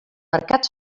mercat